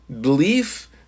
belief